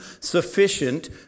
sufficient